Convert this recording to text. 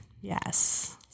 Yes